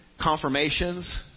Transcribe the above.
confirmations